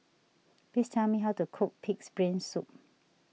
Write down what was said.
please tell me how to cook Pig's Brain Soup